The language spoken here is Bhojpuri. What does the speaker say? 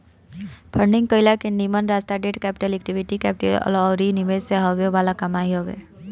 फंडिंग कईला के निमन रास्ता डेट कैपिटल, इक्विटी कैपिटल अउरी निवेश से हॉवे वाला कमाई हवे